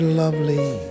lovely